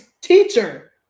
teacher